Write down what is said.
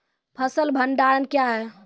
फसल भंडारण क्या हैं?